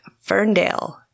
Ferndale